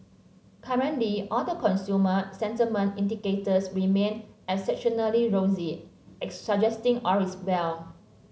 currently all the consumer sentiment indicators remain rosy suggesting all is well